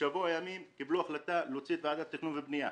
בשבוע ימים קיבלו החלטה להוציא את ועדת תכנון ובנייה.